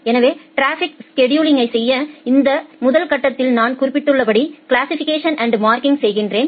எனவே டிராபிக் ஸ்செடுலிங்யை செய்ய இந்த முதல் கட்டத்தில் நான் குறிப்பிட்டுள்ளபடி கிளாசிசிபிகேஷன் அண்ட் மார்க்கிங் செய்கிறேன்